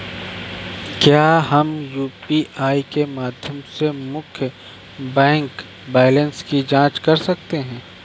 क्या हम यू.पी.आई के माध्यम से मुख्य बैंक बैलेंस की जाँच कर सकते हैं?